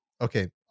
Okay